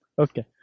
Okay